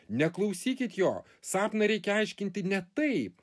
neklausykit jo sapną reikia aiškinti ne taip